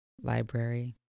Library